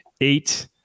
eight